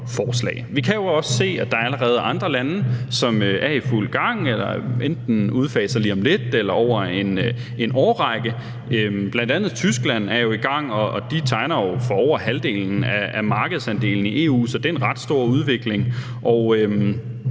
Vi kan jo også se, at der allerede er andre lande, som er i fuld gang, og som enten udfaser lige om lidt eller over en årrække. Bl.a. Tyskland er i gang, og de tegner sig for over halvdelen af markedsandelen i EU, så det er en ret stor udvikling. Nu